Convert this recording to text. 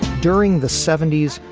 during the seventy s,